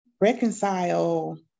reconcile